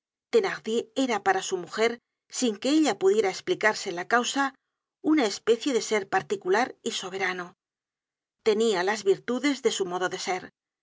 era para su mujer sin que ella pudiera esplicarse la causa una especie de ser particular y soberano tenia las virtudes de su modo de ser